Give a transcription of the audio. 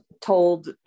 told